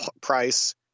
price